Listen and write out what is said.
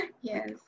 Yes